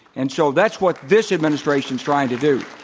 and so that's what this administration's trying to do.